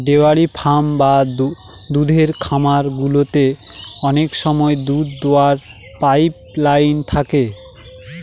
dairy farm বা দুধের খামার গুলোতে অনেক সময় দুধ দোওয়ার পাইপ লাইন থাকে